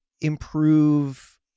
improve